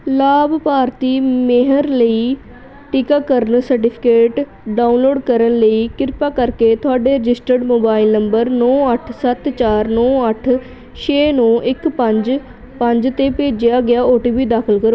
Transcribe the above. ਲਾਭਪਾਤਰੀ ਮੇਹਰ ਲਈ ਟੀਕਾਕਰਨ ਸਰਟੀਫਿਕੇਟ ਡਾਊਨਲੋਡ ਕਰਨ ਲਈ ਕਿਰਪਾ ਕਰਕੇ ਤੁਹਾਡੇ ਰਜਿਸਟਰਡ ਮੋਬਾਈਲ ਨੰਬਰ ਨੌਂ ਅੱਠ ਸੱਤ ਚਾਰ ਨੌਂ ਅੱਠ ਛੇ ਨੌਂ ਇੱਕ ਪੰਜ ਪੰਜ 'ਤੇ ਭੇਜਿਆ ਗਿਆ ਓ ਟੀ ਪੀ ਦਾਖਲ ਕਰੋ